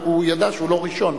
רק הוא ידע שהוא לא ראשון,